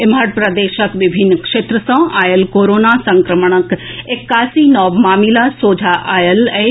एम्हर प्रदेशक विभिन्न क्षेत्र सॅ आएल कोरोना संक्रमणक एकासी नव मामिला सोझा आएल अछि